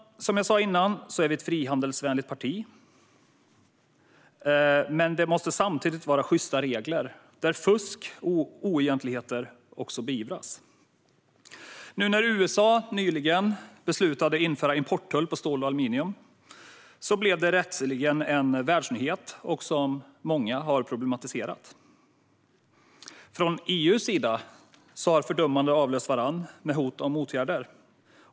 Som jag sa innan är vi ett frihandelsvänligt parti. Men det måste samtidigt vara sjysta regler där fusk och oegentligheter beivras. Nu när USA nyligen beslutade att införa importtull på stål och aluminium blev det rätteligen en världsnyhet som många problematiserat. Från EU:s sida har fördömandena avlöst varandra med hot om motåtgärder.